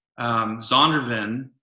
Zondervan